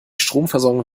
stromversorgung